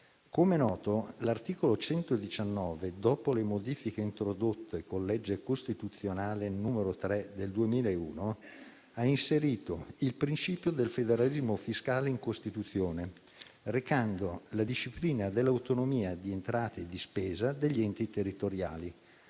Com'è noto, l'articolo 119, dopo le modifiche introdotte con legge costituzionale n. 3 del 2001, ha inserito il principio del federalismo fiscale in Costituzione, recando la disciplina dell'autonomia di entrata e di spesa degli enti territoriali